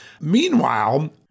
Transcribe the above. Meanwhile